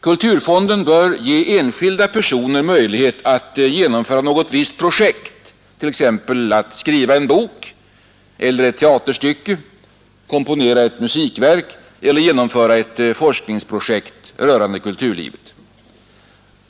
Kulturfonden bör ge enskilda personer möjlighet att genomföra något visst projekt, t.ex. att skriva en bok eller ett teaterstycke, att komponera ett musikverk eller att genomföra ett forskningsprojekt rörande kulturlivet.